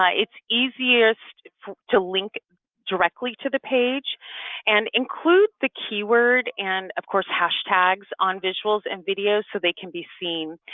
it's easiest to link directly to the page and include the keyword and of course hashtags on visuals and videos so they can be seen,